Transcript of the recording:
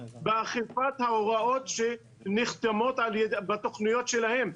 באכיפת ההוראות שנחתמות בתכניות שלהם.